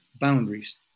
boundaries